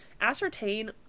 ascertain